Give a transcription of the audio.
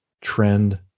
trend